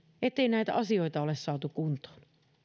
ettei näitä asioita ole saatu kuntoon